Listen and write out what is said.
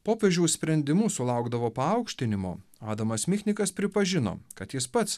popiežiaus sprendimu sulaukdavo paaukštinimo adamas michnikas pripažino kad jis pats